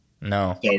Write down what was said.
No